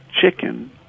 chicken